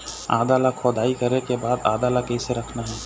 आदा ला खोदाई करे के बाद आदा ला कैसे रखना हे?